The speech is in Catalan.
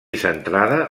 centrada